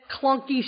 clunky